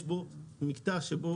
יש בו מקטע שבו